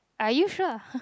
are you sure